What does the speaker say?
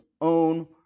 own